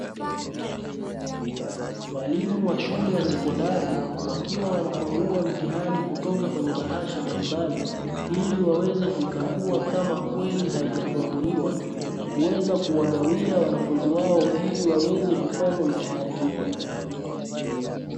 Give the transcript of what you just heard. Walimu wa shule ya sekondari wakiwa wanafungua mitihani kutoka kwenye bahasha mbalimbali ili waweze kuikagua kama kweli haijafunguliwa na kuweza kuwagawia wanafunzi wao ili waweze kufanya mitihani hiyo.